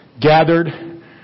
gathered